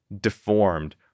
deformed